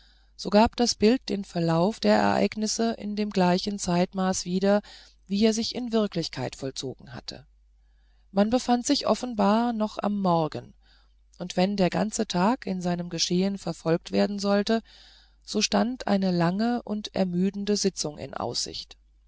so gab das bild den verlauf der ereignisse in dem gleichen zeitmaß wieder wie er sich in wirklichkeit vollzogen hatte man befand sich offenbar noch am morgen und wenn der ganze tag in seinem geschehen verfolgt werden sollte so stand eine lange und ermüdende sitzung in aussicht